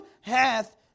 hath